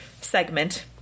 segment